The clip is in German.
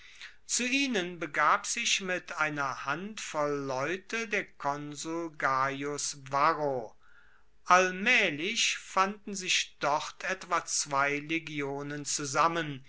zu ihnen begab sich mit einer handvoll leute der konsul gaius varro allmaehlich fanden sich dort etwa zwei legionen zusammen